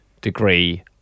degree